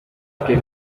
que